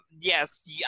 yes